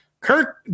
Kirk